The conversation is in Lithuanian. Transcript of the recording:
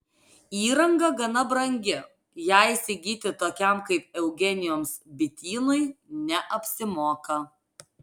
įranga gana brangi ją įsigyti tokiam kaip eugenijaus bitynui neapsimoka